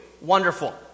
Wonderful